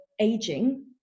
aging